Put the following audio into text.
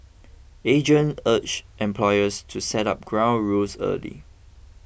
agent urged employers to set up ground rules early